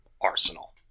Arsenal